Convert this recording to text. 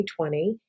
2020